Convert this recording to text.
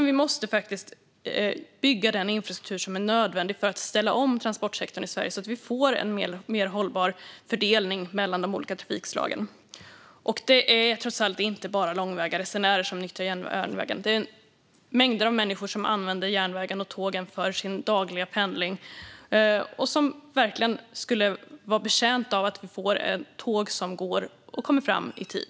Vi måste bygga den infrastruktur som är nödvändig för att ställa om transportsektorn i Sverige så att vi får en mer hållbar fördelning mellan de olika trafikslagen. Det är trots allt inte bara långväga resenärer som nyttjar järnvägen. Mängder av människor använder järnvägen och tågen i sin dagliga pendling. De skulle verkligen vara betjänta av att vi får tåg som går och kommer fram i tid.